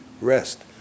rest